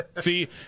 See